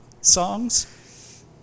songs